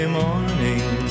morning